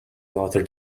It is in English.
notre